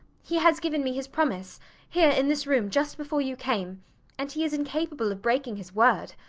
he has given me his promise here in this room just before you came and he is incapable of breaking his word.